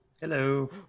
Hello